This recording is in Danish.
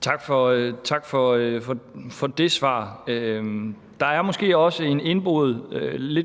Tak for det svar. Der er måske også lidt en indgroet